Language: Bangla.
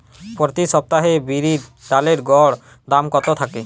প্রতি সপ্তাহে বিরির ডালের গড় দাম কত থাকে?